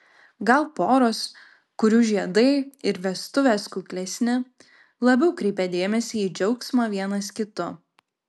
gal poros kurių žiedai ir vestuvės kuklesni labiau kreipia dėmesį į džiaugsmą vienas kitu